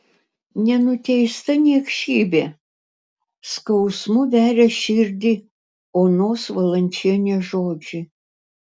nenuteista niekšybė skausmu veria širdį onos valančienės žodžiai